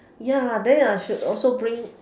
ya then I should also bring